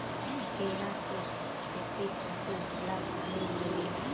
केरा के खेती खातिर बड़ा पानी लागेला